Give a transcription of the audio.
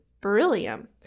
beryllium